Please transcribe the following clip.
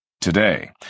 Today